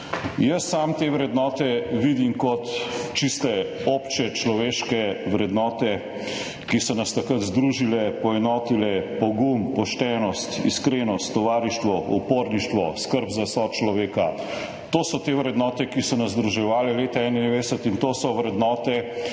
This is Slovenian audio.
Jaz sam te vrednote vidim kot povsem obče človeške vrednote, ki so nas takrat združile, poenotile – pogum, poštenost, iskrenost, tovarištvo, uporništvo, skrb za sočloveka. To so te vrednote, ki so nas združevale leta 1991, in to so vrednote,